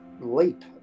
leap